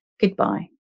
goodbye